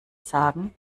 sagen